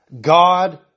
God